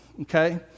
Okay